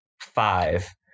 five